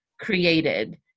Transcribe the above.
created